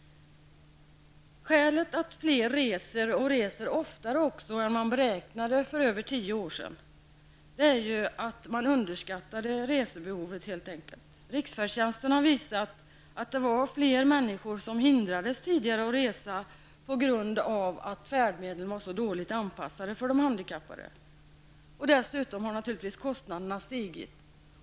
Skälet till att fler reser och också reser oftare än man beräknade för mer än tio år sedan är att man helt enkelt underskattade resebehovet. Riksfärdtjänsten har visat att det var fler människor som tidigare hindrades att resa på grund av att färdmedlen var så dåligt anpassade till de handikappade. Dessutom har naturligtvis kostnaderna stigit.